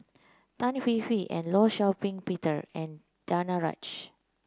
Tan Hwee Hwee and Law Shau Ping Peter and Danaraj